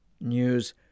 News